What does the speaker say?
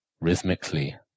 rhythmically